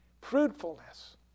Fruitfulness